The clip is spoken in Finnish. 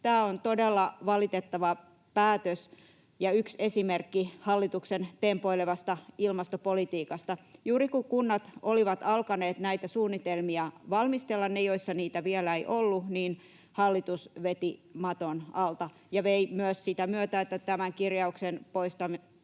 Tämä on todella valitettava päätös ja yksi esimerkki hallituksen tempoilevasta ilmastopolitiikasta. Juuri kun kunnat olivat alkaneet näitä suunnitelmia valmistella, ne, joissa niitä vielä ei ollut, hallitus veti maton alta ja vei tämän kirjauksen poistamisen